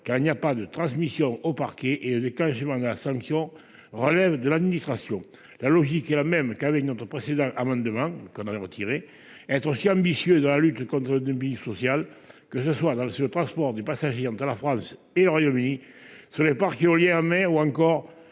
car il n'y a pas de transmission au parquet. Et le déclenchement de la sanction relève de l'administration. La logique est la même que celle de notre précédent amendement, que nous avons retiré. Nous devons être ambitieux dans la lutte contre le dumping social aussi bien dans le transport des passagers entre la France et le Royaume-Uni que dans les parcs éoliens en mer, ou encore